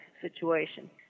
situation